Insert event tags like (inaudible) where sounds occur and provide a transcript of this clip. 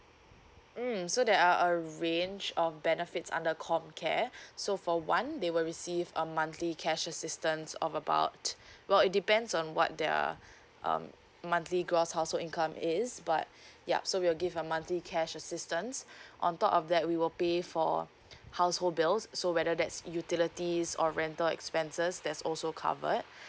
mm so there are a range of benefits under comcare so for one they will receive a monthly cash assistance of about well it depends on what they're um monthly gross household income is but (breath) ya so we'll give a monthly cash assistance (breath) on top of that we will pay for household bills so whether that's utilities or rental expenses that's also covered